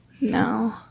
No